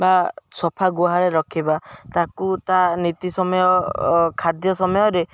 ବା ସଫା ଗୁହାଳ ରଖିବା ତାକୁ ତା' ନୀତି ସମୟ ଖାଦ୍ୟ ସମୟରେ